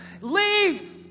leave